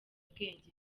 ubwenge